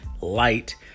light